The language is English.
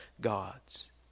gods